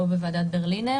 לא בוועדת ברלינר,